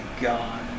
god